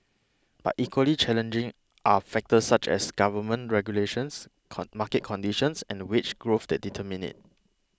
but equally challenging are factors such as government regulations con market conditions and wage growth that determine it